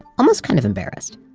almost kind of embarrassed.